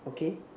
okay